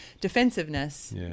defensiveness